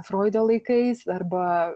froido laikais arba